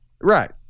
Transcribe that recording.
Right